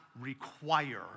require